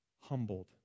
humbled